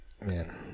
man